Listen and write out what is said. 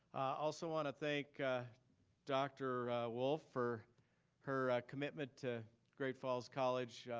also wanna thank dr. wolff for her commitment to great falls college,